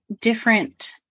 different